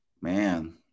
Man